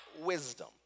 wisdom